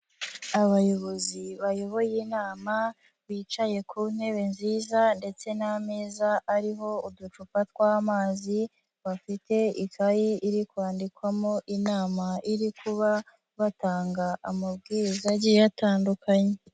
Abayobozi bayoboye inama, bicaye ku ntebe nziza ndetse n'ameza ariho uducupa tw'amazi, bafite ikayi iri kwandikwamo inama iri kuba, batanga amabwiriza agiye atandukanye.